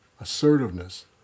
assertiveness